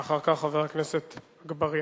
ואחר כך, חבר הכנסת אגבאריה.